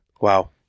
Wow